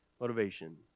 motivation